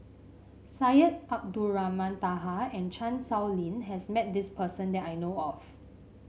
Syed Abdulrahman Taha and Chan Sow Lin has met this person that I know of